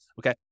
Okay